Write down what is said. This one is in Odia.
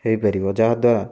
ହେଇପାରିବ ଯାହାଦ୍ୱାରା